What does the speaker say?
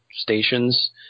stations